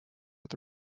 with